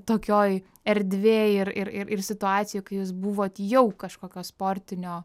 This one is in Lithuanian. tokioj erdvėj ir ir ir situacijų kai jūs buvot jau kažkokio sportinio